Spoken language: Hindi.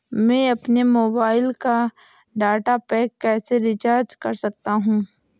मैं अपने मोबाइल का डाटा पैक कैसे रीचार्ज कर सकता हूँ?